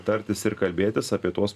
tartis ir kalbėtis apie tuos